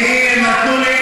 אני רוצה שהאוצר יבין,